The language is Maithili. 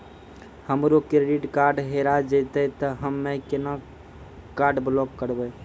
हमरो क्रेडिट कार्ड हेरा जेतै ते हम्मय केना कार्ड ब्लॉक करबै?